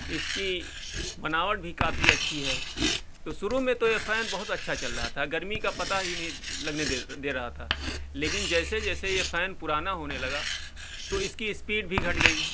اس کی بناوٹ بھی کافی اچھی ہے تو شروع میں تو یہ فین بہت اچھا چل رہا تھا گرمی کا پتا ہی نہیں لگنے دے دے رہا تھا لیکن جیسے جیسے یہ فین پرانا ہونے لگا تو اس کی اسپیڈ بھی گھٹ گئی